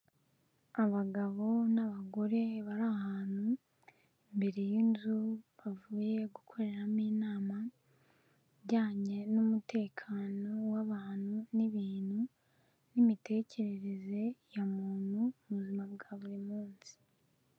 Abagabo n'abagore bari ahantu imbere y'inzu bavuye gukoreramo inama ijyanye n'umutekano w'abantu n'ibintu n'imitekerereze ya muntu mu buzima bwa buri munsi.